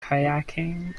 kayaking